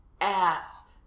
ass